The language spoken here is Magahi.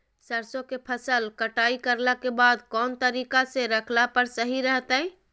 सरसों के फसल कटाई करला के बाद कौन तरीका से रखला पर सही रहतय?